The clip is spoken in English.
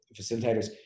facilitators